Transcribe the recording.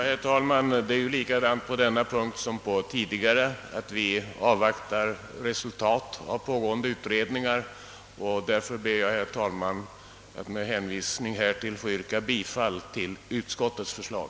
Herr talman! Det är likadant här som på tidigare punkter, att vi avvaktar resultat av pågående utredningar. Med hänvisning härtill ber jag, herr talman, att få yrka bifall till utskottets förslag.